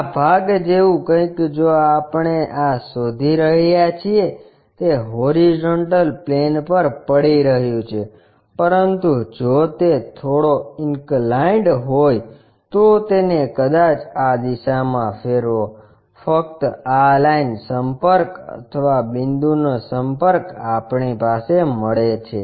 આ ભાગ જેવું કંઈક જો આપણે આ શોધી રહ્યા છીએ તે હોરીઝોન્ટલ પ્લેન પર પડી રહ્યું છે પરંતુ જો તે થોડો ઇન્કલાઇન્ડ હોય તો તેને કદાચ આ દિશામાં ફેરવો ફક્ત આ લાઇન સંપર્ક અથવા બિંદુનો સંપર્ક આપણી પાસે મળે છે